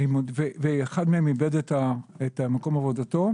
עד גיל 18, ואחד מהם איבד את מקום עבודתו,